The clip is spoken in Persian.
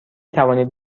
توانید